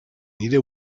nire